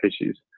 issues